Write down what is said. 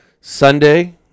Sunday